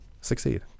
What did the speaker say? succeed